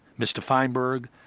mr feinberg,